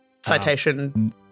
Citation